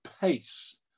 pace